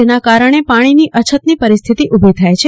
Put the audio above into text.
જેના કારણે પાણીની અછતની પરિસ્થિતિ ઉભી થાય છે